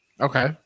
Okay